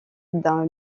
d’un